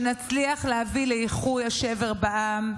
שנצליח להביא לאיחוי השבר בעם,